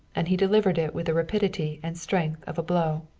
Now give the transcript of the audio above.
and he delivered it with the rapidity and strength of a blow.